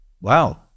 Wow